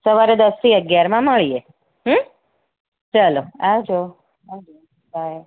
સવારે દસથી અગિયારમાં મળીએ હમ ચાલો આવજો આવજો બાય